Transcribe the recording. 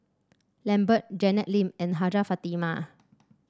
Lambert Janet Lim and Hajjah Fatimah